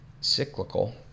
cyclical